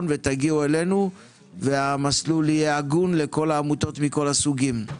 ותגיעו אלינו והמסלול יהיה הגון לכל העמותות מכל הסוגים.